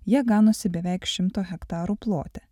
jie ganosi beveik šimto hektarų plote